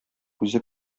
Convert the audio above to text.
үзе